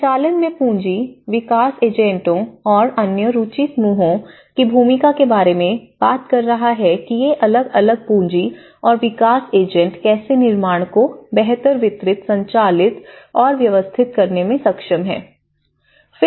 परिचालन में पूंजी विकास एजेंटों और अन्य रुचि समूहों की भूमिका के बारे में बात कर रहा है कि ये अलग अलग पूंजी और विकास एजेंट कैसे निर्माण को बेहतर वितरित संचालित और व्यवस्थित करने में सक्षम है